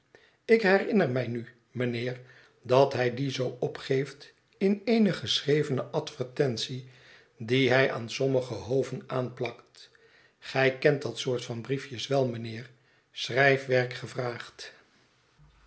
ik herinner mij nu mijnheer dat hij dien zoo opgeeft in eene geschrevene advertentie die hij aan sommige hoven aanplakt gij kent dat soort van briefjes wel mijnheer schrijfwerk